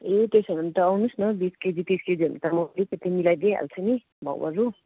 ए त्यसो हो भने त आउनुहोस् न बिस केजी तिस केजी हो भने त म अलिकति मिलाइदिइहाल्छु नि भाउहरू